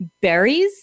berries